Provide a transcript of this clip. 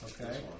Okay